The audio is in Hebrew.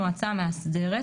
המאסדרת,